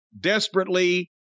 desperately